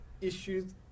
issues